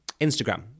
Instagram